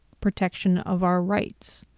protection of our rights,